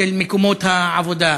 של מקומות העבודה.